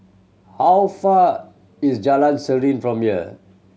how far is Jalan Serene from here